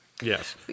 Yes